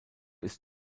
ist